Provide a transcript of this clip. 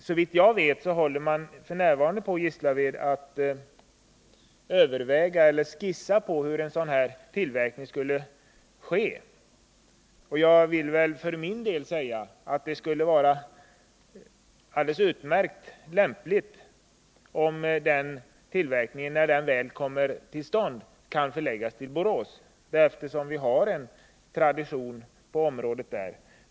Såvitt jag vet håller man f. n. inom Gislaved på att skissa hur en sådan här tillverkning skulle ske, och jag vill för min del säga att det skulle vara utomordentligt lämpligt om den tillverkningen, när den väl kommer till stånd, kan förläggas till Borås, eftersom vi har en tradition på området där.